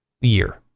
year